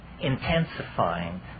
intensifying